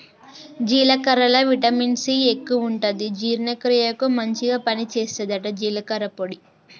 జీలకర్రల vitamin C ఎక్కువుంటది జీర్ణ క్రియకు మంచిగ పని చేస్తదట జీలకర్ర పొడి